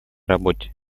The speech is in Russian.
работе